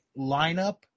lineup